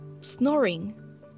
snoring